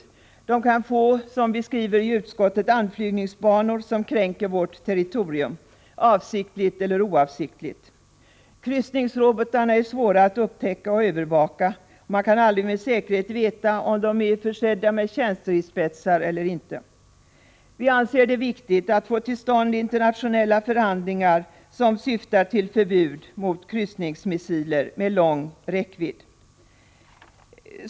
Som vi skriver i utskottsbetänkandet kan de nämligen få anflygningsbanor som kränker vårt territorium, — avsiktligt eller oavsiktligt. Kryssningsrobotarna är svåra att upptäcka och övervaka. Man kan dessutom aldrig med säkerhet veta om de är försedda med kärnstridsspetsar eller inte. Vi anser det viktigt att få till stånd internationella förhandlingar, som syftar till förbud mot kryssningsmissiler med lång räckvidd.